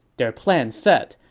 their plan set,